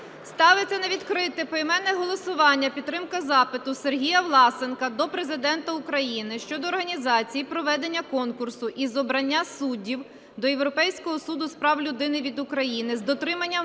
Ставиться на відкрите поіменне голосування підтримка запиту Сергія Власенка до Президента України щодо організації і проведення конкурсу із обрання суддів до Європейського суду з прав людини від України з дотриманням